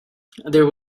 too